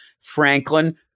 Franklin